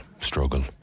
struggle